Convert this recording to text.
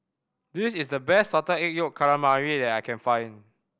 this is the best Salted Egg Yolk Calamari that I can find